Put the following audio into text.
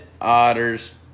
Otter's